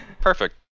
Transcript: Perfect